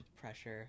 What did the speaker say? pressure